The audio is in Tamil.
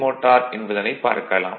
மோட்டார் என்பதனைப் பார்க்கலாம்